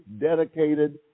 dedicated